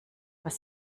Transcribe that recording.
was